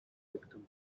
victims